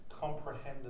comprehended